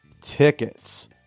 tickets